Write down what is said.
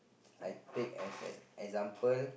I take as as example